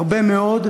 הרבה מאוד,